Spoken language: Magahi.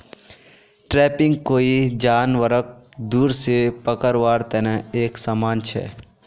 ट्रैपिंग कोई जानवरक दूर से पकड़वार तने एक समान छे